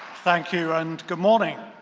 thank you and good morning.